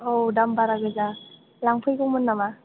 औ दाम बारा गोजा लांफैगौमोन नामा